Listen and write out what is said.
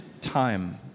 time